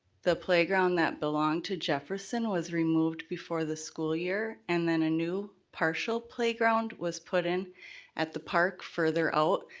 the playground, that belonged to jefferson, was removed before the school year and then a new, partial playground, was put in at the park further out,